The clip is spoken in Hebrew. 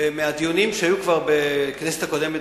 ומהדיונים שהיו כבר בכנסת הקודמת